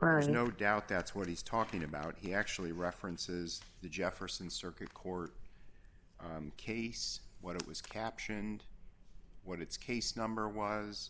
or is no doubt that's what he's talking about he actually references the jefferson circuit court case when it was captured and what its case number was